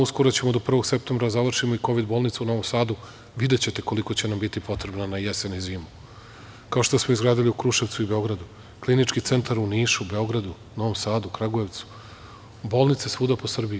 Uskoro ćemo do 1. septembra da završimo i Kovid bolnicu u Novom Sadu, videćete koliko će nam biti potrebna na jesen i zimu, kao što smo izgradili u Kruševcu i Beogradu, Klinički centar u Nišu, Beogradu, Novom Sadu, Kragujevcu, bolnice svuda po Srbiji.